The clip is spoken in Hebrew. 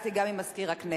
והתייעצתי גם עם מזכיר הכנסת,